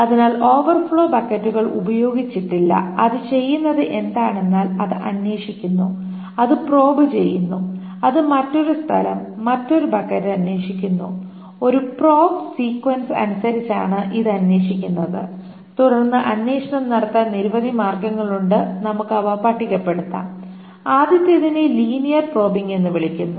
അതിനാൽ ഓവർഫ്ലോ ബക്കറ്റുകൾ ഉപയോഗിച്ചിട്ടില്ല അത് ചെയ്യുന്നത് എന്താണെന്നാൽ അത് അന്വേഷിക്കുന്നു അത് പ്രോബ് ചെയ്യുന്നു അത് മറ്റൊരു സ്ഥലം മറ്റൊരു ബക്കറ്റ് അന്വേഷിക്കുന്നു ഒരു പ്രോബ് സീക്വൻസ് അനുസരിച്ചാണ് ഇത് അന്വേഷിക്കുന്നത് തുടർന്ന് അന്വേഷണം നടത്താൻ നിരവധി മാർഗങ്ങളുണ്ട് നമുക്ക് അവ പട്ടികപ്പെടുത്താം ആദ്യത്തേതിനെ ലീനിയർ പ്രോബിംഗ് എന്ന് വിളിക്കുന്നു